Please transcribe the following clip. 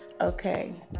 Okay